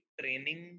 training